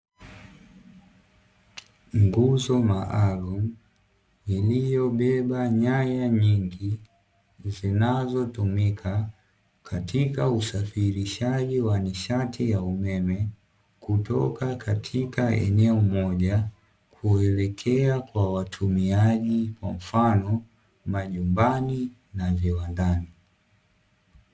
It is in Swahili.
Nguzo maalumu iliyobeba nyaya nyingi, zinazotumika katika usafirishaji wa nishati ya umeme, kutoka katika eneo moja kuelekea kwa watumiaji; kwa mfano majumbani na viwandani.